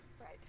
Right